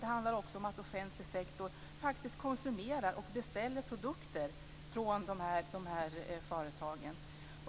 Det handlar också om att offentlig sektor faktiskt konsumerar och beställer produkter från de här företagen.